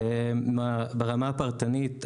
ברמה הפרטנית,